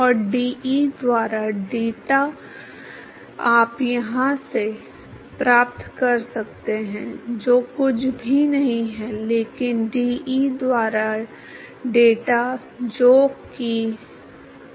तो गति संतुलन अब होगा यदि आप 2 डी क्यूब एफ बटा डीटा क्यूब प्लस एफ गुणा डी स्क्वायर एफ बटा डीटा स्क्वायर जो कि 0 के बराबर है और डीएफ बटा डीटा ईटा बराबर 0 x बराबर एफ के बराबर होगा 0 और df बटा डेटा 1 के बराबर है